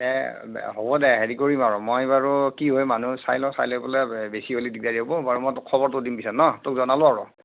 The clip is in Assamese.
দে হ'ব দে হেৰি কৰিম আৰু মই আৰু কি হয় মানুহ চাই লওঁ চাই লৈ পেলাই বেছি হ'লে দিগদাৰি হ'ব বাৰু মই তোক খবৰটো দিম পিছত ন' তোক জনালোঁ আৰু